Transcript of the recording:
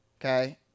okay